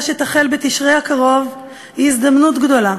שתחל בתשרי הקרוב היא הזדמנות גדולה,